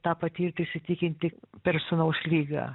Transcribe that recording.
tą patirti įsitikinti per sūnaus ligą